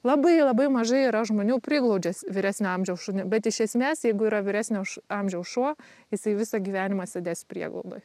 labai labai mažai yra žmonių priglaudžia vyresnio amžiaus šunį bet iš esmės jeigu yra vyresnio š amžiaus šuo jisai visą gyvenimą sėdės prieglaudoj